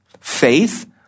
faith